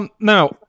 Now